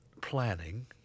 planning